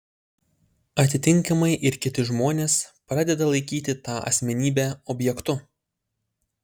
atitinkamai ir kiti žmonės pradeda laikyti tą asmenybę objektu